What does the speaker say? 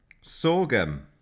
Sorghum